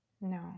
No